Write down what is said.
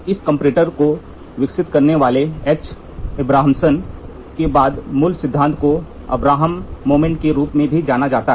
इस कंपैरेटर को विकसित करने वाले एच अब्रामसन H Abramson के बाद मूल सिद्धांत को अब्रामसन मोमेंट के रूप में भी जाना जाता है